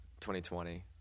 2020